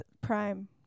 prime